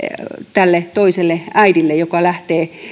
tälle toiselle äidille joka lähtee